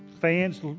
fans